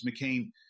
McCain